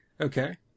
Okay